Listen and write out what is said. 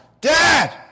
Dad